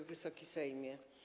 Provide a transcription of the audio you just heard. Wysoki Sejmie!